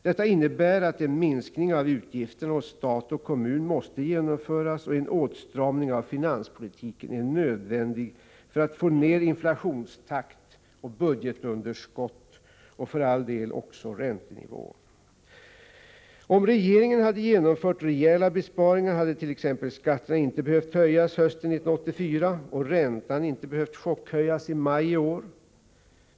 Detta innebär att en minskning av utgifterna hos stat och kommun måste genomföras, en åtstramning av finanspolitiken är nödvändig för att få ner inflationstakt och budgetunderskott och för all del även räntenivån. Om regeringen hade genomfört rejäla besparingar hade t.ex. skatterna inte behövt höjas hösten 1984 och räntan hade inte behövt chockhöjas i maj i år.